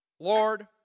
Lord